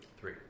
Three